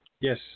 Yes